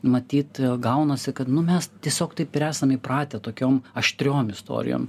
matyt gaunasi kad nu mes tiesiog taip ir esam įpratę tokiom aštriom istorijom